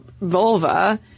vulva